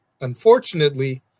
Unfortunately